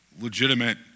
legitimate